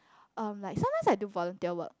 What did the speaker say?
um like sometimes have to volunteer work